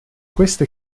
queste